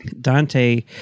Dante